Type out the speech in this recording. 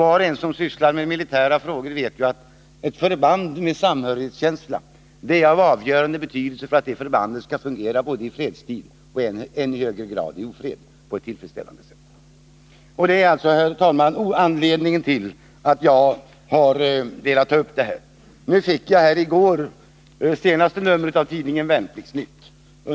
Var och en som sysslar med militära frågor vet att samhörighetskänslan är av avgörande betydelse för att ett förband skall fungera i fredstid och, i än högre grad, i ofred på ett tillfredsställande sätt. Det är alltså, herr talman, anledningen till att jag velat ta upp frågan. Jag fick i går senaste numret av Värnplikts-Nytt.